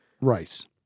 rice